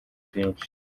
bwinshi